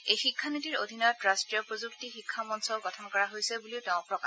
এই শিক্ষানীতিৰ অধীনত ৰাষ্ট্ৰীয় প্ৰযুক্তি শিক্ষা মঞ্চও গঠন কৰা হৈছে বুলি তেওঁ কয়